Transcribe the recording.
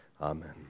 Amen